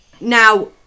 Now